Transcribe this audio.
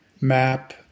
map